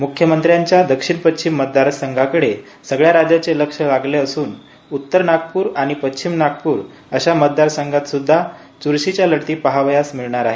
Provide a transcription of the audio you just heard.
म्ख्यमंत्र्यांच्या दक्षिण पश्चिम मतदारसंघाकडे सगळ्या राज्याचे लक्ष लागले असून उत्तर नागपूर व पश्चिम नागप्र अशा मतदारसंघात स्द्धा च्रशीच्या लढती पाहवयास मिळणार आहेत